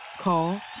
Call